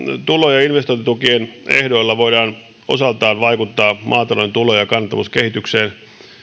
tulo ja investointitukien ehdoilla voidaan osaltaan vaikuttaa maatalouden tulo ja kannattavuuskehitykseen